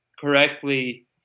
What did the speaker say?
correctly